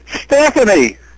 Stephanie